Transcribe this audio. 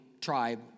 tribe